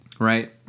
Right